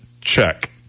check